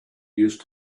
used